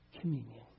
communion